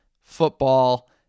football